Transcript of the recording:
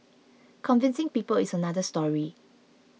convincing people is another story